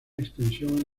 extensión